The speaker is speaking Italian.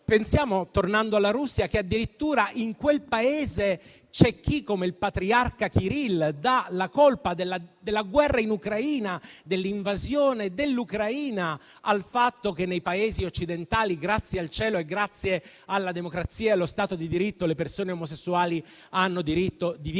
Ministra. Tornando alla Russia, in quel Paese c'è addirittura chi, come il patriarca Kirill, dà la colpa della guerra e dell'invasione dell'Ucraina al fatto che nei Paesi occidentali - grazie al cielo e grazie alla democrazia e allo Stato di diritto - le persone omosessuali hanno diritto di vivere